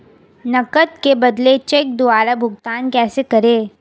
नकद के बदले चेक द्वारा भुगतान कैसे करें?